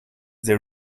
there